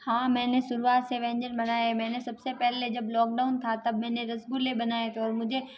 हाँ मैंने शुरुआत से व्यंजन बनाए मैंने सबसे पहले जब लॉकडाउन था तब मैंने रसगुल्ले बनाए थे और मुझे